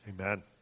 Amen